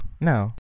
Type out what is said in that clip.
no